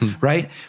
right